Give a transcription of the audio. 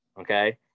okay